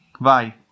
Bye